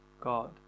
God